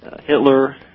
Hitler